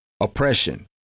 Oppression